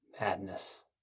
madness